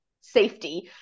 safety